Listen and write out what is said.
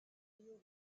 rio